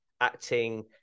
acting